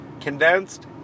condensed